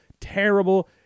terrible